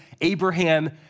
Abraham